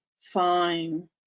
fine